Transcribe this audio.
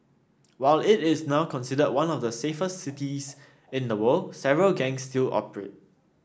while it is now considered one of the safest cities in the world several gangs still operate